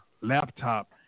laptop